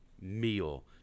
meal